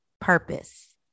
purpose